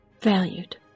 valued